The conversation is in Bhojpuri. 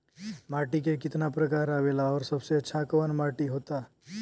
माटी के कितना प्रकार आवेला और सबसे अच्छा कवन माटी होता?